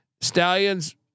Stallions